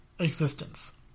existence